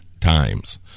times